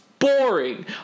Boring